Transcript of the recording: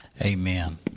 Amen